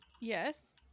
yes